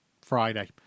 Friday